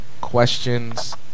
questions